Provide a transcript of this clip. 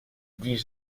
dis